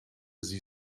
sie